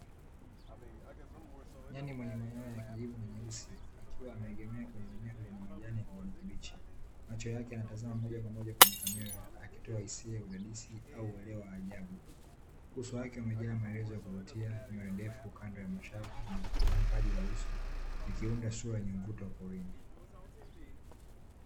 Nyani mwenye manyoya ya kijavu na nyeusi akiwa ameegemea kwenye eneo la majani ya kijani kibichi, macho yake yanatazama mojakwamoja kwenye kamera akitoa hisia ya udadisi au uelewa wa ajabu. Uso wake umejaa maelezo ya kuvutia, nywele ndefu kando ya mashavu na paji la uso likiunda sura ya mvuto porini.